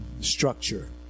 structure